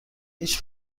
هیچ